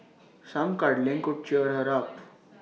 some cuddling could cheer her up